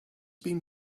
been